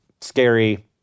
scary